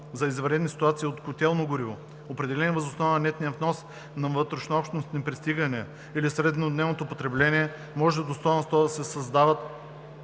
за извънредни ситуации от котелно гориво, определени въз основа на нетния внос и вътрешнообщностни пристигания или среднодневното потребление, може до 100 на сто да се създават